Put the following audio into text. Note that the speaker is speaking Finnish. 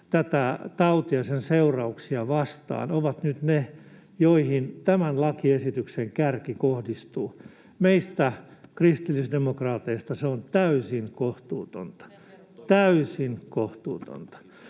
tätä tautia ja sen seurauksia vastaan, ovat nyt niitä, joihin tämän lakiesityksen kärki kohdistuu. Meistä kristillisdemokraateista se on täysin kohtuutonta